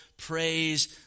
Praise